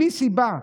בלי סיבה,